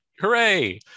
hooray